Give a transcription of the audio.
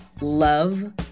love